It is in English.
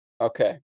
Okay